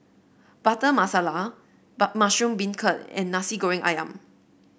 Butter Masala but Mushroom Beancurd and Nasi Goreng ayam